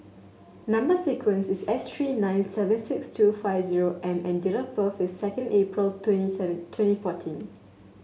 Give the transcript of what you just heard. number sequence is S three nine seven six two five zero M and date of birth is second April twenty seven twenty fourteen